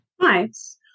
Nice